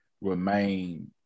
remain